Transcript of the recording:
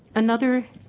another